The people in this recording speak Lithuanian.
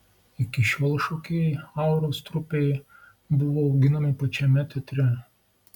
iki šiol šokėjai auros trupei buvo auginami pačiame teatre